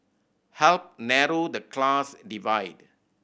help narrow the class divide